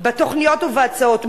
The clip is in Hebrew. בתוכניות ובהצעות,